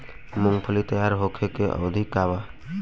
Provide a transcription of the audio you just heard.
मूँगफली तैयार होखे के अवधि का वा?